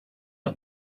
got